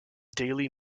daily